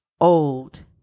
old